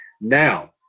Now